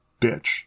Bitch